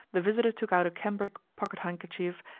the visitor took out a cambric pocket-handkerchief,